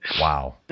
Wow